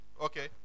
Okay